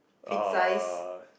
uh